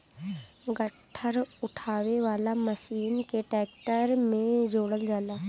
गट्ठर उठावे वाला मशीन के ट्रैक्टर में जोड़ल जाला